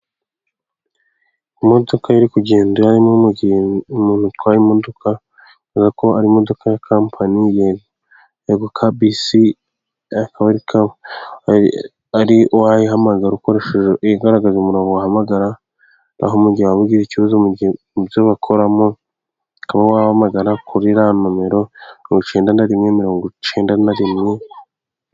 Imodoka iri kugenda harimo umuntu utwaye imodoka ,kubera ko ari imodoka ya kampani yego ka bisi, ukaba wayihamagara ukoresheje ,igaragaza umurongo wahamagara ,aho mu gihe waba ugize ikibazo mu byo bakoramo, ukaba wahamagara kuri iriya nomero mirongo icyenda na rimwe, mirongo icyenda na rimwe.